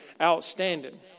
outstanding